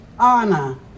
Anna